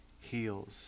heals